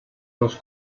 los